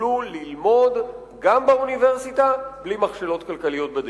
יוכלו ללמוד גם באוניברסיטה בלי מכשלות כלכליות בדרך.